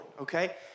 okay